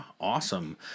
awesome